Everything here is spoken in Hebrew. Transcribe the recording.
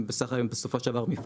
הם בסופו של דבר מפעל.